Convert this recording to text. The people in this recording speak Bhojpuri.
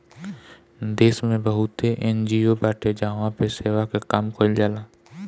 देस में बहुते एन.जी.ओ बाटे जहवा पे सेवा के काम कईल जाला